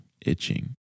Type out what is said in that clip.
itching